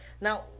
Now